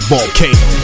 Volcano